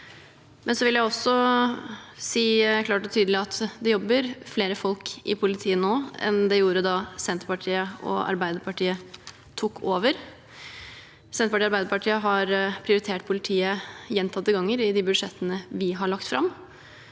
men jeg vil også si klart og tydelig at det jobber flere folk i politiet nå enn det gjorde da Senterpartiet og Arbeiderpartiet tok over. Senterpartiet og Arbeiderpartiet har prioritert politiet gjentatte ganger i de budsjettene vi har lagt fram.